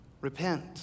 repent